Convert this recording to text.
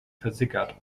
versickert